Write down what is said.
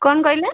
କ'ଣ କହିଲେ